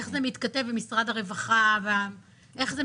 האם אנחנו